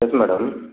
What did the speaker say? yes madam